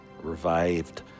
revived